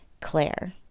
Claire